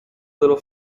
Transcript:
little